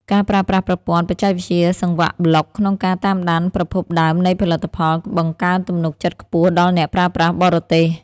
ការប្រើប្រាស់ប្រព័ន្ធបច្ចេកវិទ្យាសង្វាក់ប្លុកក្នុងការតាមដានប្រភពដើមនៃផលិតផល បង្កើនទំនុកចិត្តខ្ពស់ដល់អ្នកប្រើប្រាស់បរទេស។